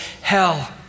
hell